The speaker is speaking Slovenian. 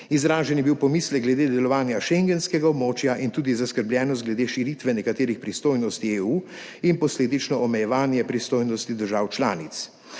Izražen je bil pomislek glede delovanja schengenskega območja in tudi zaskrbljenost glede širitve nekaterih pristojnosti EU in posledično omejevanje pristojnosti držav članic.